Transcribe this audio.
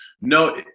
No